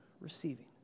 receiving